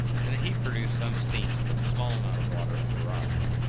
and the heat produced some steam from the small amount of water in the rocks.